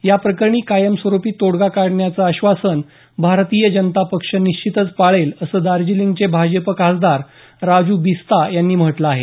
याप्रकरणी कायमस्वरूपी तोडगा काढण्याचं आश्वासन भारतीय जनता पक्ष निश्चितच पाळेल असं दार्जिलिंगचे भाजप खासदार राजू बिस्ता यांनी म्हटलं आहे